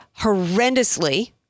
horrendously